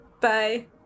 bye